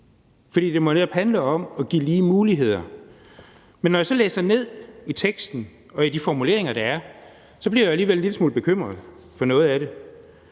fordi det netop handler om at give lige muligheder. Men når jeg så læser ned i teksten og i de formuleringer, der er, så bliver jeg alligevel en lille smule bekymret for noget af det.